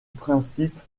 principe